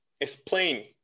explain